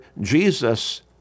Jesus